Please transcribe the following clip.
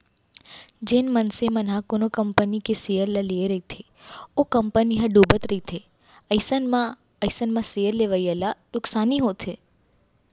जेन मनसे मन ह कोनो कंपनी के सेयर ल लेए रहिथे अउ ओ कंपनी ह डुबत रहिथे अइसन म अइसन म सेयर लेवइया ल नुकसानी होथे